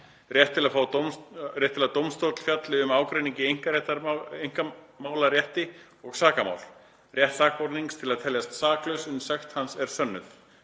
Rétt til að dómstóll fjalli um ágreining í einkamálarétti og sakamál. * Rétt sakbornings til að teljast saklaus uns sekt hans er sönnuð.